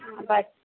हँ बच